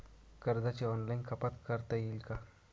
कर्जाची ऑनलाईन कपात करता येईल का?